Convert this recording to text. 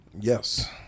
Yes